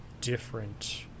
different